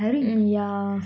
mm yeah